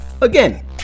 Again